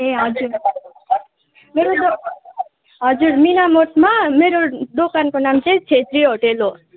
ए हजुर मेरो त हजुर मिनामोडमा मेरो दोकानको नाम चाहिँ छेत्री होटेल हो